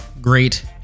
great